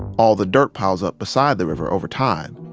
all the dirt piles up beside the river over time.